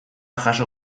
jaso